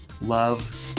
love